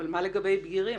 מה לגבי בגירים?